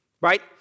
right